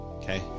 Okay